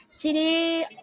today